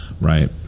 Right